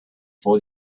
for